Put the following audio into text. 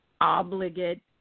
obligate